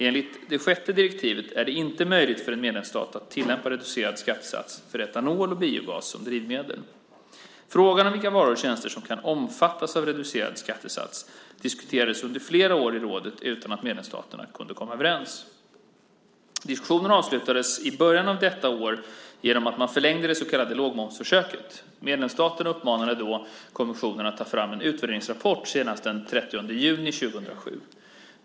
Enligt det sjätte direktivet är det inte möjligt för en medlemsstat att tillämpa reducerad skattesats för etanol och biogas som drivmedel. Frågan om vilka varor och tjänster som kan omfattas av reducerad skattesats diskuterades under flera år i rådet utan att medlemsstaterna kunde komma överens. Diskussionerna avslutades i början av detta år genom att man förlängde det så kallade lågmomsförsöket. Medlemsstaterna uppmanade då kommissionen att ta fram en utvärderingsrapport senast den 30 juni 2007.